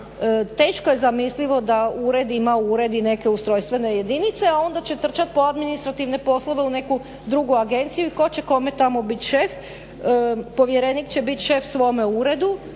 Teško je zamislivo da ured ima, ured i neke ustrojstvene jedinice, a onda će trčat po administrativne poslove u neku drugu agenciju i ko će kome tamo bit šef. Povjerenik će bit šef svome uredu,